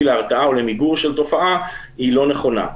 להרתעה ולמיגור של תופעה היא לא נכונה.